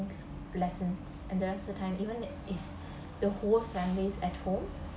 lessons and there's the time even the whole family's at home